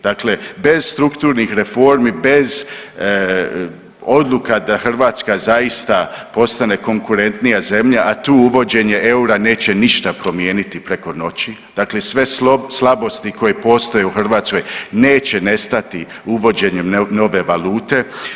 Dakle strukturnih reformi bez odluka da Hrvatska zaista postane konkurentnija zemlja, a tu uvođenje eura neće ništa promijeniti preko noći, dakle sve slabosti koje postoje u Hrvatskoj neće nestati uvođenjem nove valute.